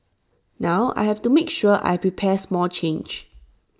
now I have to make sure I prepare small change